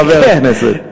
חבר הכנסת.